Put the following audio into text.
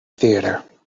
theatre